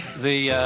the yeah